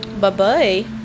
Bye-bye